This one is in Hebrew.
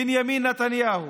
בנימין נתניהו.